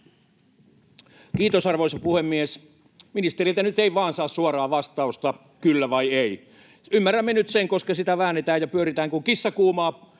Kiitos, arvoisa puhemies! Ministeriltä nyt ei vain saa suoraa vastausta ”kyllä” vai ”ei”. Ymmärrämme nyt sen, koska sitä väännetään ja pyöritään kuin kissa kuuman